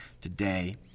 today